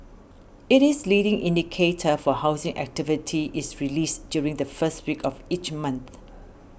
it is leading indicator for housing activity is released during the first week of each month